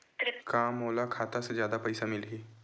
का मोला खाता से जादा पईसा मिलही?